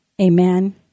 amen